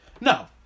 No